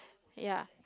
ya